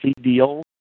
deals